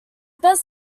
best